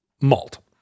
malt